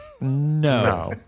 No